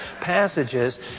passages